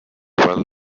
well